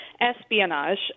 espionage